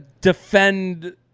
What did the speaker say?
defend